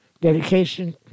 dedication